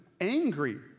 angry